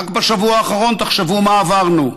רק בשבוע האחרון תחשבו מה עברנו: